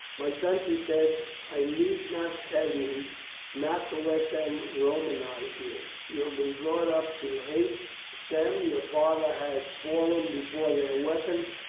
my son, she said, i need not tell you not to let them romanize you. you have been brought up to hate them. your father has fallen before their weapons,